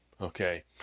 Okay